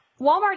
Walmart